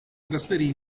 trasferì